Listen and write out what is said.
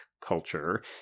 culture